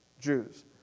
Jews